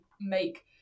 make